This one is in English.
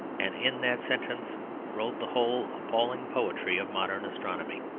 and in that sentence wrote the whole appalling poetry of modern astronomy.